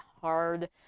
hard